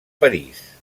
parís